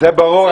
זה ברור.